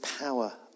power